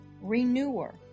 Renewer